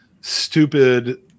stupid